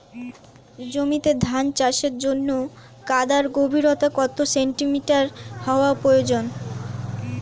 জমিতে ধান চাষের জন্য কাদার গভীরতা কত সেন্টিমিটার হওয়া প্রয়োজন?